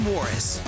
Morris